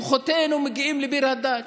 כוחותינו מגיעים לביר הדאג',